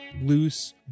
loose